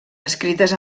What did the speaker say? escrites